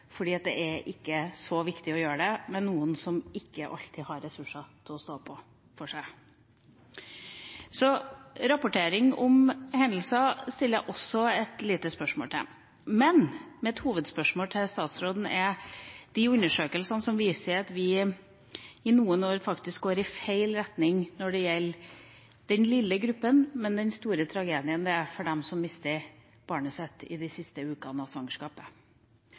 fordi det ikke er så viktig å rapportere om noen som ikke alltid har ressurser til å stå på. Så rapportering om hendelser stiller jeg også et lite spørsmål til. Mitt hovedspørsmål til statsråden gjelder imidlertid de undersøkelsene som viser at vi i noen år faktisk går i feil retning når det gjelder den lille gruppa som opplever den store tragedien det er å miste barnet sitt i de siste ukene av svangerskapet.